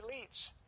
elites